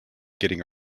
getting